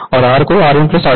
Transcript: लेकिन हम इसे कैसे अलग करेंगे